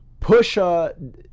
Pusha